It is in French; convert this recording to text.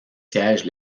sièges